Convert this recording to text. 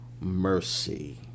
mercy